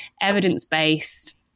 evidence-based